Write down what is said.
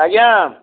ଆଜ୍ଞା